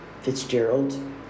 Fitzgerald